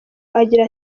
agira